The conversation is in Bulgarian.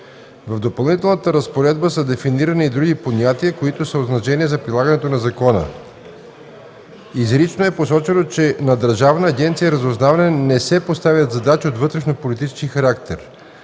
В допълнителната разпоредба са дефинирани и други понятия, които са от значение за прилагането на закона. Изрично е посочено, че на Държавна агенция „Разузнаване” не се поставят задачи от вътрешнополитически характер.